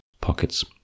Pockets